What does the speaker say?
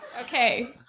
Okay